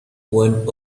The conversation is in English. one